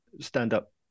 stand-up